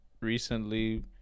recently